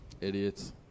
idiots